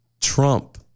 Trump